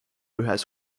ühes